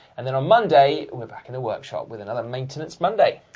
and then on monday, we're back in the workshop with another maintenance monday.